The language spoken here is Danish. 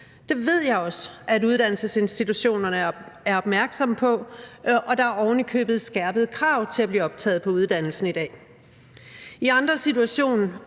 Det ved jeg også at uddannelsesinstitutionerne er opmærksomme på, og der er ovenikøbet skærpede krav til at blive optaget på uddannelserne i dag. I andre situationer